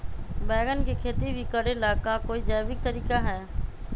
बैंगन के खेती भी करे ला का कोई जैविक तरीका है?